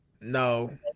No